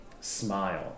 smile